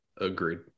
Agreed